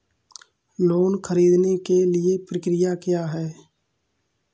Loan ख़रीदने के लिए प्रक्रिया क्या है?